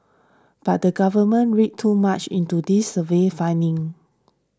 but the government read too much into these survey findings